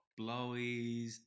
blowies